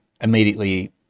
immediately